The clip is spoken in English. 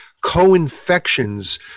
co-infections